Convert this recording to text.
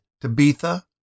Tabitha